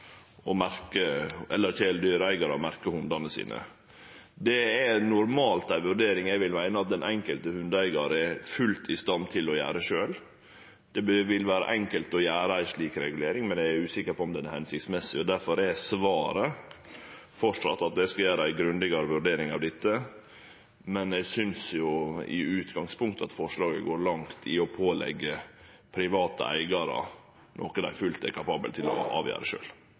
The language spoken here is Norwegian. hundane sine. Det er normalt ei vurdering eg vil rekne med at den enkelte hundeeigar fullt ut er i stand til å gjere sjølv. Det vil vere enkelt å gjere ei slik regulering, men eg er usikker på om det er hensiktsmessig. Difor er svaret framleis at eg skal gjere ei grundigare vurdering av dette, men eg synest i utgangspunktet at forslaget går langt i å påleggje private eigarar noko dei fullt ut er kapable til å avgjere